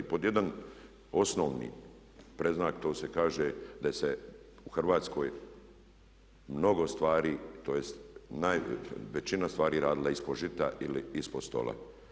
Pod jedan, osnovni predznak, to se kaže da se u Hrvatskoj mnogo stvari, tj. većina stvari radila ispod žita ili ispod stola.